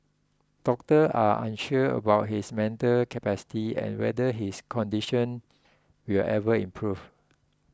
doctor are unsure about his mental capacity and whether his condition will ever improve